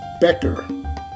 Becker